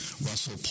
Russell